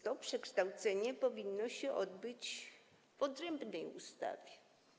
To przekształcenie powinno się więc odbyć w odrębnej ustawie.